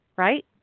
Right